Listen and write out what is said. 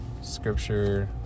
Scripture